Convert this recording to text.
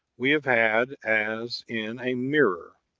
we have had, as in a mirror,